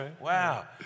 Wow